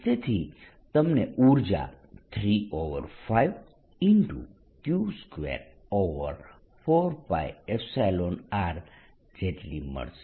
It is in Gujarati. તેથી તમને ઉર્જા 35Q24π0R જેટલી મળશે